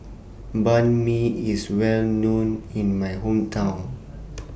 Banh MI IS Well known in My Hometown